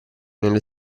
nelle